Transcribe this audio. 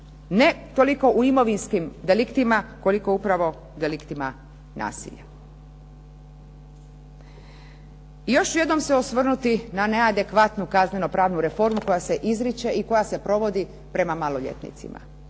ne toliko u imovinskim deliktima koliko upravo u deliktima nasilja. I još ću jednom se osvrnuti na neadekvatnu kazneno-pravnu reformu koja se izriče i koja se provodi prema maloljetnicima.